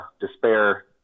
despair